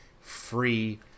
Free